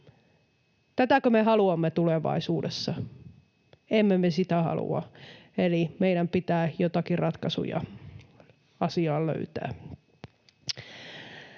Tätäkö me haluamme tulevaisuudessa? Emme me sitä halua, eli meidän pitää joitakin ratkaisuja asiaan löytää.